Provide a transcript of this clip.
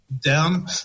down